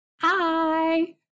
Hi